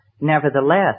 Nevertheless